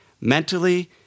mentally